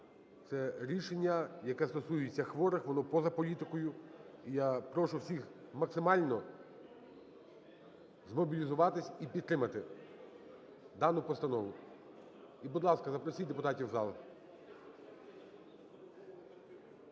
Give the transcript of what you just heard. Це рішення, яке стосується хворих, воно поза політикою, і я прошу всіх максимально змобілізуватися і підтримати дану постанову. І будь ласка, запросіть депутатів в зал.